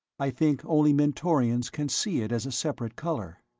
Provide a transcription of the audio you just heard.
i think only mentorians can see it as separate color.